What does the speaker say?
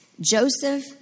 Joseph